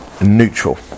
Neutral